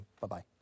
Bye-bye